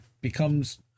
becomes